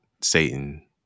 Satan